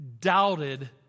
doubted